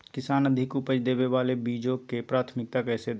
किसान अधिक उपज देवे वाले बीजों के प्राथमिकता कैसे दे?